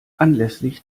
anlässlich